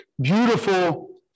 beautiful